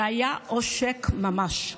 זה היה עושק ממש,